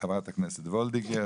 חברת הכנסת וולדיגר,